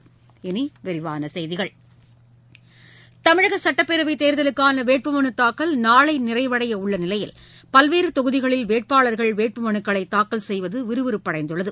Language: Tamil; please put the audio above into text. இனி விரிவான செய்திகள் தமிழக சட்டப்பேரவை தேர்தலுக்கான வேட்பு மலு தாக்கல் நாளை நிறைவடைய உள்ள நிலையில் பல்வேறு தொகுதிகளில் வேட்பாளர்கள் வேட்புமனுக்களை தாக்கல் செய்வது விறுவிறுப்படைந்துள்ளது